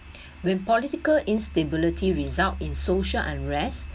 when political instability result in social unrest